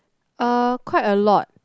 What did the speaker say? uh quite a lot